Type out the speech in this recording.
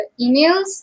emails